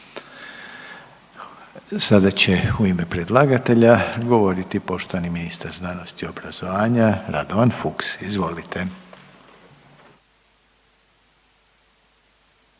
Sada će u ime predlagatelja govoriti poštovani ministar znanosti i obrazovanja Radovan Fuchs. Izvolite.